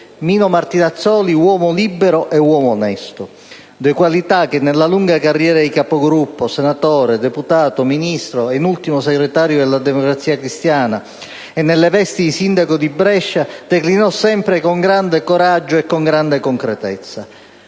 Mino Martinazzoli, uomo "libero" e uomo "onesto", due qualità che, nella sua lunga carriera di Capogruppo, senatore, deputato, Ministro, segretario della Democrazia cristiana e nelle vesti di sindaco di Brescia declinò sempre con grande coraggio e grande concretezza.